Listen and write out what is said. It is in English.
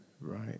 Right